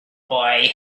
boy